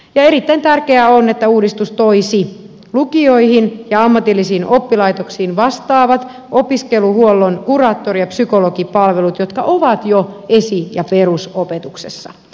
erittäin tärkeää on että uudistus toisi lukioihin ja ammatillisiin oppilaitoksiin vastaavat opiskeluhuollon kuraattori ja psykologipalvelut kuin ne jotka ovat jo esi ja perusopetuksessa